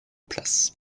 place